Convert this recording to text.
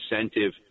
incentive